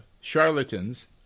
charlatans